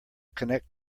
connect